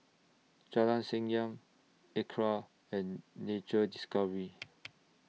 Jalan Senyum Acra and Nature Discovery